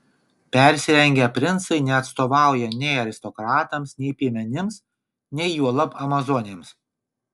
persirengę princai neatstovauja nei aristokratams nei piemenims nei juolab amazonėms